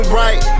right